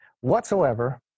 whatsoever